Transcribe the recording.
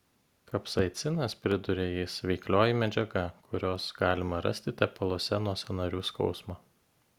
kapsaicinas priduria jis veiklioji medžiaga kurios galima rasti tepaluose nuo sąnarių skausmo